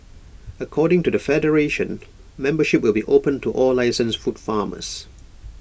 according to the federation membership will be opened to all licensed food farmers